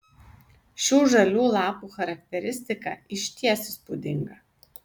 šių žalių lapų charakteristika išties įspūdinga